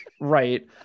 right